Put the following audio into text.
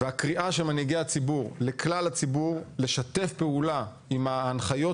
והקריאה של מנהיגי הציבור לכלל הציבור לשתף פעולה עם ההנחיות